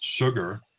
sugar